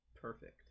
perfect